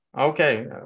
Okay